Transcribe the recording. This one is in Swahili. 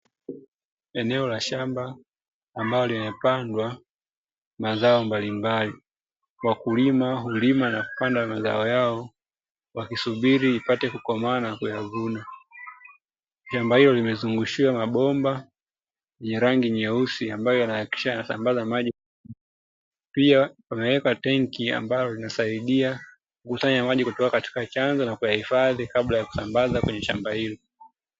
Eneo la shamba ambalo limepandwa mazao mbalimbali wakulima hulima na kupanda mazao yao wakisubiri ipate kukomaa na kuvuna. Shamba hilo limezungushiwa mabomba yenye rangi nyeusi ambayo yanahakikisha kusambaza maji, pia wameweka tenki ambalo linasaidia kukusanya maji kutoka katika chanj'o na kuhifadhi kabla ya kusamba kwenye shamba hilo.